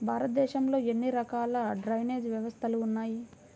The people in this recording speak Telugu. భారతదేశంలో ఎన్ని రకాల డ్రైనేజ్ వ్యవస్థలు ఉన్నాయి?